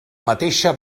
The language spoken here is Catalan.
mateixa